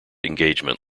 engagement